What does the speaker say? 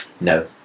No